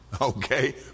Okay